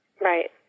Right